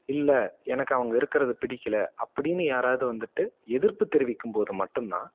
இல்லை எனக்கு அவங்க இருக்கிறது பிடிக்கலை அப்படின்னு யாராவது வந்துட்டு எதிர்ப்பு தெரிவிக்கும்போது மட்டும்தான்